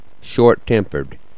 short-tempered